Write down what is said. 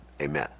Amen